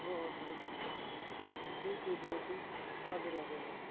ꯍꯣꯏ ꯍꯣꯏ ꯐꯔꯦ ꯐꯔꯦ ꯏꯀꯨꯏ ꯀꯨꯏꯗꯅ ꯑꯗꯨꯝ ꯊꯥꯖꯔꯛꯑꯒꯦꯕ